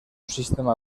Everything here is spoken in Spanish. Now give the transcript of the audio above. sistema